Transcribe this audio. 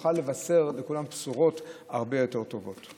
ושנוכל לבשר לכולם בשורות הרבה יותר טובות.